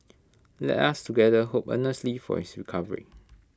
let us together hope earnestly for his recovery